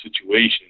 situation